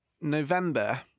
november